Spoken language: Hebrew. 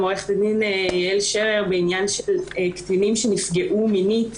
עו"ד יעל שרר בעניין קטינים שנפגעו מינית.